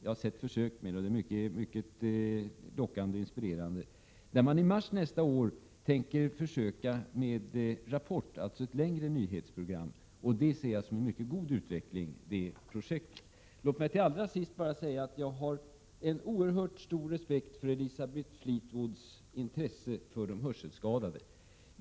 Jag har sett försök med det, och det är mycket lockande och inspirerande. I mars nästa år tänker man försöka direkttexta Rapport, alltså ett längre nyhetsprogram. Detta projekt ser jag som en mycket god utveckling. Låt mig till allra sist säga att jag har oerhört stor respekt för Elisabeth Fleetwoods intresse för de hörselskadade.